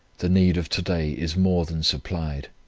the need of to-day is more than supplied,